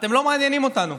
אתם לא מעניינים אותנו.